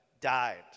died